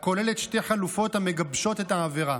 הכוללת שתי חלופות המגבשות את העבירה: